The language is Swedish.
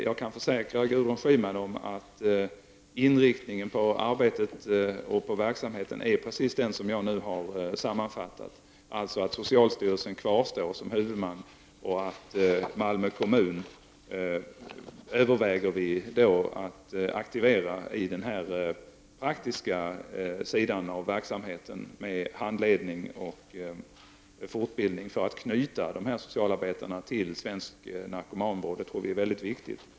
Jag kan försäkra Gudrun Schyman att inriktningen på arbetet och verksamheten är precis den som jag nu har sammanfattat, alltså att socialstyrelsen kvarstår som huvudman och att vi överväger att aktivera Malmö kommun i den praktiska sidan av verksamheten med handledning och fortbildning för att knyta dessa socialarbetare till svensk narkomanvård — någonting som vi tror är väldigt viktigt.